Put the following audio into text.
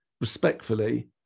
respectfully